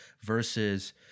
versus